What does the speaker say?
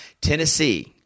Tennessee